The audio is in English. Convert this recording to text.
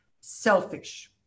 selfish